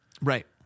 Right